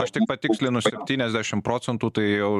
aš tik patikslinu septyniasdešimt procentų tai jau